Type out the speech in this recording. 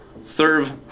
serve